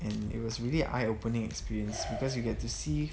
and it was really eye opening experience because you get to see